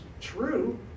true